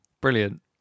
Brilliant